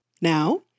Now